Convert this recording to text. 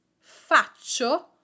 faccio